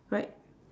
right